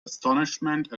astonishment